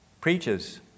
preaches